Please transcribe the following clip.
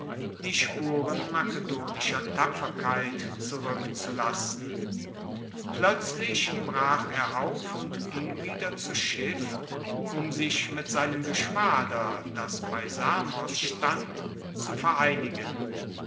die spuren makedonischer tapferkeit zurueckzulassen ploetzlich brach er auf und ging wieder zu schiff um sich mit seinem geschwader das bei samos stand zu vereinigen